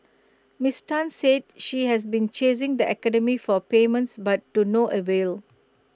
miss Tan said she has been chasing the academy for payments but to no avail